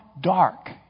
dark